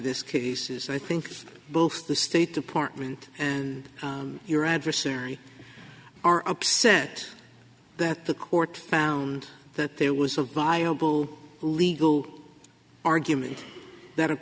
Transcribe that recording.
i think both the state department and your adversary are upset that the court found that there was a viable legal argument that